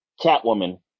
Catwoman